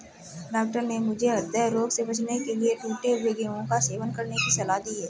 doctor ने मुझे हृदय रोग से बचने के लिए टूटे हुए गेहूं का सेवन करने की सलाह दी है